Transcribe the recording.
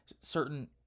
certain